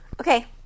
Okay